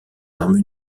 armes